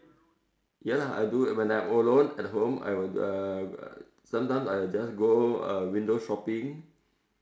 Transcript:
ya lah I do it when I alone at home I will uh sometimes I just go window shopping